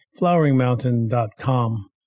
floweringmountain.com